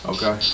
Okay